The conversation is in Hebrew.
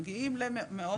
מגיעים למאות אלפי שקלים.